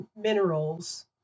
minerals